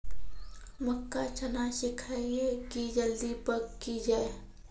मक्का चना सिखाइए कि जल्दी पक की जय?